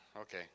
Okay